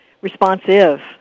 responsive